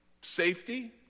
safety